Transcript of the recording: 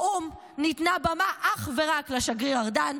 באו"ם ניתנה במה אך ורק לשגריר ארדן,